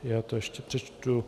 Já to ještě přečtu.